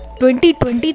2020